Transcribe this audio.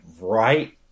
right